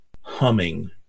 humming